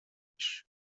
биш